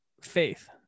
faith